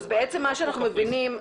אז בעצם מה שאנחנו מבינים,